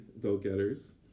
vote-getters